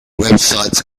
websites